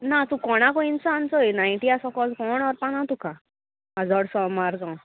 ना तूं कोणाक इन्सान चोय नायटी आसा कोज कोण व्हरपा ना तुका माज्जोडा सावन मारगांव